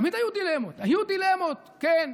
תמיד היו דילמות, היו דילמות, כן.